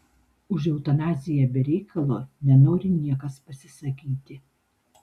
už eutanaziją be reikalo nenori niekas pasisakyti